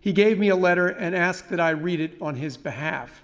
he gave me a letter and asked that i read it on his behalf.